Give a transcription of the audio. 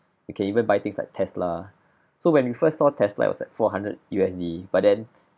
you can even buy things like Tesla so when you first saw Tesla it was at four hundred U_S_D but then